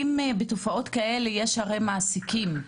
האם בתופעות כאלה כשיש הרי מעסיקים,